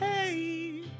Hey